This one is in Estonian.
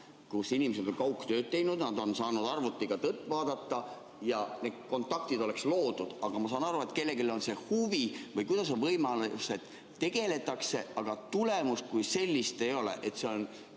kui inimesed on kaugtööd teinud, nad on saanud arvutiga tõtt vaadata. Kontaktid oleks nagu loodud, aga ma saan aru, et kellelgi on see huvi, või kuidas on siis võimalik, et tegeldakse, aga tulemust kui sellist ei ole.